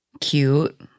Cute